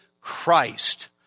Christ